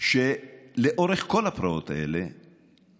הוא שלאורך כל הפרעות האלה